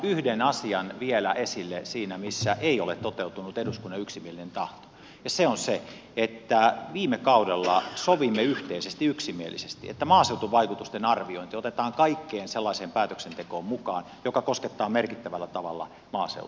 nostan esille vielä yhden asian missä ei ole toteutunut eduskunnan yksimielinen tahto ja se on se että viime kaudella sovimme yhteisesti yksimielisesti että maaseutuvaikutusten arviointi otetaan kaikkeen sellaiseen päätöksentekoon mukaan joka koskettaa merkittävällä tavalla maaseutua